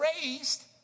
raised